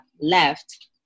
left